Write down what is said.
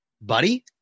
buddy